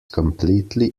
completely